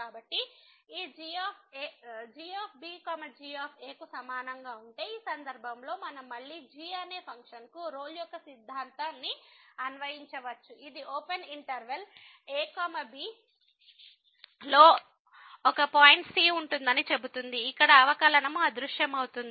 కాబట్టి ఈ g g కు సమానంగా ఉంటే ఈ సందర్భంలో మనం మళ్ళీ g అనే ఫంక్షన్కు రోల్ యొక్క సిద్ధాంతాన్ని అన్వయించవచ్చు ఇది ఓపెన్ ఇంటర్వెల్ a b లో లో ఒక పాయింట్ c ఉంటుందని చెబుతుంది ఇక్కడ అవకలనము అదృశ్యమవుతుంది